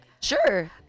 sure